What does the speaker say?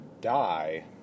die